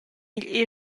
igl